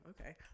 Okay